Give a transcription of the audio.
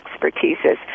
expertises